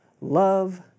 Love